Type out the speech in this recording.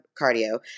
cardio